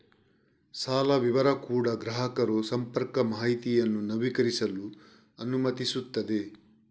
ಸಾಲ ವಿವರ ಕೂಡಾ ಗ್ರಾಹಕರು ಸಂಪರ್ಕ ಮಾಹಿತಿಯನ್ನು ನವೀಕರಿಸಲು ಅನುಮತಿಸುತ್ತದೆ